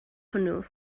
hwnnw